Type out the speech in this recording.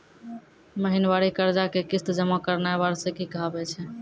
महिनबारी कर्जा के किस्त जमा करनाय वार्षिकी कहाबै छै